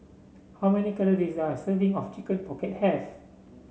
how many calories does a serving of Chicken Pocket have